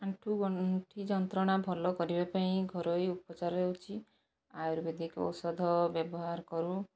ଆଣ୍ଠୁ ଗଣ୍ଠି ଯନ୍ତ୍ରଣା ଭଲ କରିବା ପାଇଁ ଘରୋଇ ଉପଚାର ହେଉଛି ଆୟୁର୍ବେଦିକ ଔଷଧ ବ୍ୟବହାର କରୁ